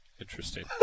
Interesting